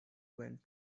went